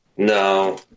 No